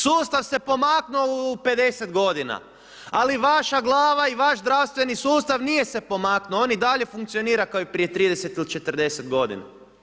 Sustav se pomaknuo u 50 godina ali vaša glava i vaš zdravstveni sustav nije se pomaknuo, on i dalje funkcionira kao i prije 30 ili 40 godina.